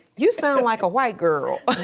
you sound like a white girl.